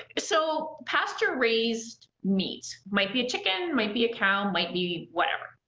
so, pasture-raised meats. might be a chicken, might be a cow, might be whatever.